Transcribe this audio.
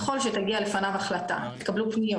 ככל שיתקבלו פניות,